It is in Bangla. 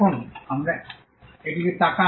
এখন আমরা এটি তাকান